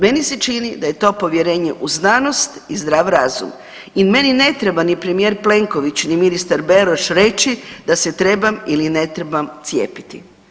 Meni se čini da je to povjerenje u znanost i zdrav razum i meni ne treba ni premijer Plenković ni ministar Beroš reći da se trebam ili ne trebam cijepiti.